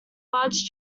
large